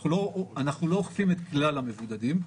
אנחנו לא אוכפים את כלל המבודדים,